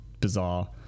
bizarre